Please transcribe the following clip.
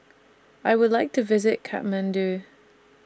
I Would like to visit Kathmandu